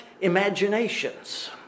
Imaginations